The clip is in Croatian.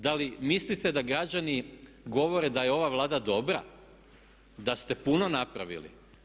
Da li mislite da građani govore da je ova Vlada dobra, da ste puno napravili?